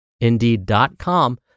indeed.com